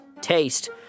Taste